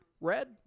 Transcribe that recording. Red